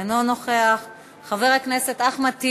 אינו נוכח, חבר הכנסת אחמד טיבי,